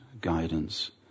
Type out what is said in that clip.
guidance